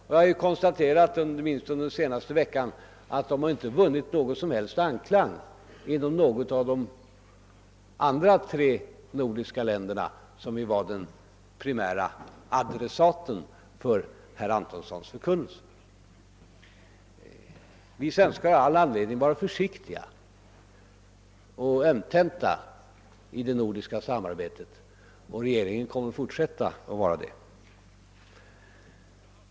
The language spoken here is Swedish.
Vi har konstaterat åtminstone under den senaste veckan att denna inte har vunnit någon som helst anklang inom något av de andra tre nordiska länderna, som ju var de primära adressaterna för herr Antonssons förkunnelse. Men vi svenskar har all anledning att vara försiktiga i det nordiska samarbetet, och regeringen kommer att fortsätta att vara det.